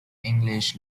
english